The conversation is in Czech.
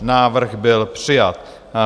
Návrh byl přijat.